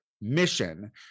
mission